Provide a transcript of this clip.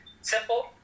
Simple